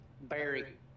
Barry